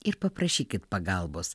ir paprašykit pagalbos